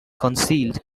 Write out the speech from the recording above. concealed